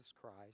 Christ